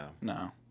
No